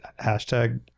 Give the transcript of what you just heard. hashtag